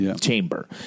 chamber